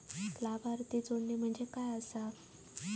लाभार्थी जोडणे म्हणजे काय आसा?